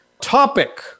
Topic